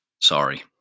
Sorry